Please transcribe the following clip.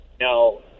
No